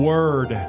Word